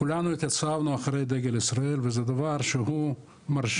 כולנו התייצבנו אחרי דגל ישראל וזה דבר שהוא מרשים,